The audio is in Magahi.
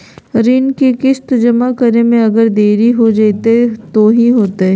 ऋण के किस्त जमा करे में अगर देरी हो जैतै तो कि होतैय?